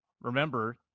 Remember